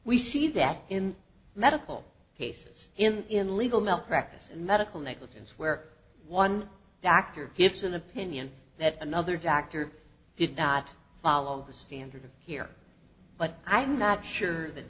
we see that in medical cases in legal malpractise and medical negligence where one doctor gives an opinion that another doctor did not follow the standard here but i'm not sure that